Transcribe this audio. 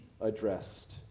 addressed